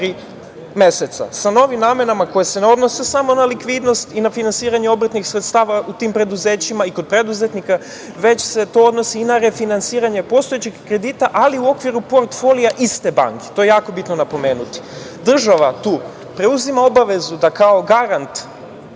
Sa novim namenama koje se ne odnose samo na likvidnost i na finansiranje obrtnih sredstava u tim preduzećima i kod preduzetnika, već se to odnosi i na refinansiranje postojećih kredita, ali u okviru protfolija iste banke. To je jako bitno napomenuti. Država tu preuzima obavezu da kao garant,